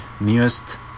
newest